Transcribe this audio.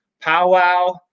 powwow